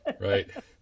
Right